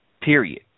period